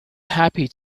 happy